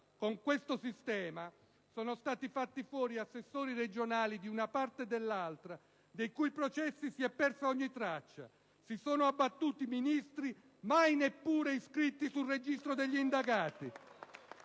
Con questo sistema sono stati fatti fuori assessori regionali di una parte e dell'altra, dei cui processi si è persa ogni traccia; si sono abbattuti Ministri mai neppure iscritti nel registro degli indagati.